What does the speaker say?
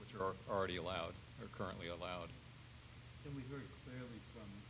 which are already allowed or currently allowed